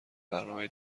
برنامه